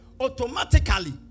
automatically